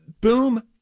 boom